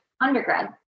undergrad